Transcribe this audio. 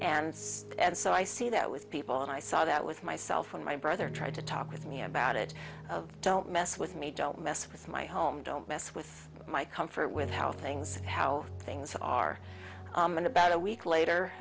and and so i see that with people and i saw that with myself and my brother tried to talk with me about it don't mess with me don't mess with my home don't mess with my comfort with how things how things are and about a week later